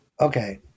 Okay